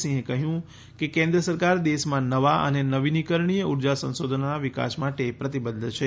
સિંહે કહ્યું કે કેન્દ્ર સરકાર દેશમાં નવા અને નવીનીકરણીય ઉર્જા સંસાધનોના વિકાસ માટે પ્રતિબદ્ધ છે